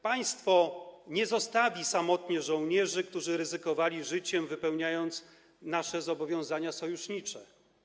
Państwo nie zostawi samotnie żołnierzy, którzy ryzykowali życiem, wypełniając nasze zobowiązania sojusznicze.